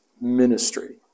ministry